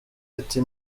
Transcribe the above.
ati